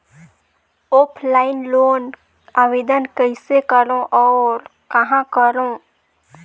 Offline loan आवेदन कइसे करो और कहाँ करो?